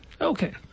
Okay